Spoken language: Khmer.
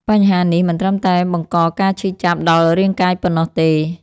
បញ្ហានេះមិនត្រឹមតែបង្កការឈឺចាប់ដល់រាងកាយប៉ុណ្ណោះទេ។